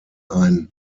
ein